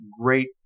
great